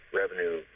revenue